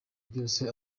byose